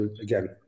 Again